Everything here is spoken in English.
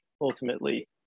Ultimately